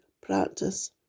practice